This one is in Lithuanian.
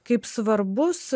kaip svarbus